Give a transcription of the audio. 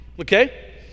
Okay